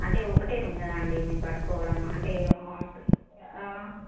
అంటే ఒక రూమ్ కదా అండి మేము కట్టుకోవడం అంటే